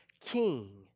king